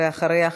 ואחריה,